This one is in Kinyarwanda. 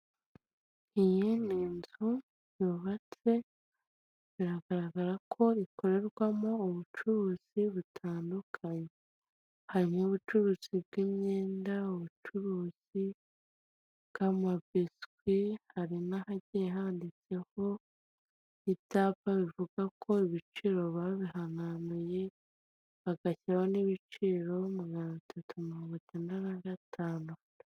Iyi ni inzu yubatse, biragaragara ko ikorerwamo ubucuruzi butandukanye, harimo ubucuruzi bw'imyenda, ubucuruzi bw'amabiswi, hari n'ahagiye handitseho, ibyapa bivuga ko ibiciro babihananuye, bagashyiraho n'ibiciro, magana atatu mirongo icyenda na gatandatu.